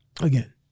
again